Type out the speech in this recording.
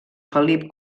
felip